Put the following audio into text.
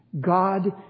God